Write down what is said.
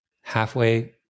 halfway